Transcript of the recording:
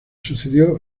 sucedió